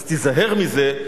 תיזהר מזה,